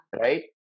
right